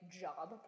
job